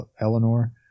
Eleanor